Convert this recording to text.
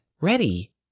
Ready